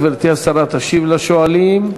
גברתי השרה תשיב לשואלים.